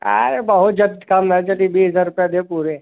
आरे बहुत ज़्यादा त कम नहीं जदि बीस हजार रुपया देओ पूरे